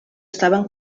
estaven